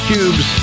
Cubes